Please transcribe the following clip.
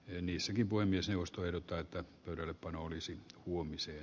ei niissäkin voi myös eusta erota että pöydällepano olisi huomiseen